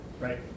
right